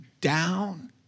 down